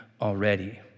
already